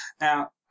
Now